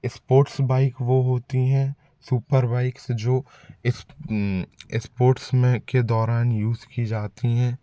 sports bike वो होती हैं सुपर बाइक से जो इस्पोर्ट्स में के दौरान यूज़ की जाती हैं